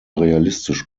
realistisch